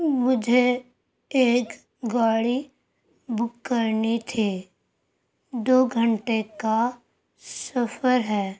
مجھے ایک گاڑی بک کرنی تھی دو گھنٹے کا سفر ہے